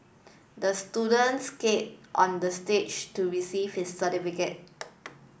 the students skated onto the stage to receive his certificate